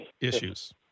issues